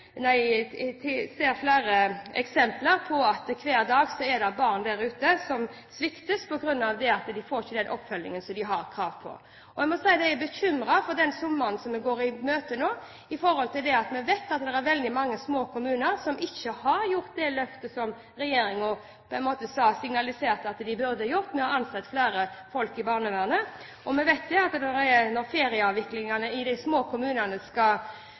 hver dag er barn der ute som sviktes på grunn av at de ikke får den oppfølgingen de har krav på. Jeg må si jeg er bekymret for den sommeren som vi nå går i møte, fordi vi vet at det er veldig mange små kommuner som ikke har tatt det løftet som regjeringen på en måte signaliserte at de burde gjøre, med hensyn til å ansette flere folk i barnevernet. Vi vet at når ferien i de små kommunene skal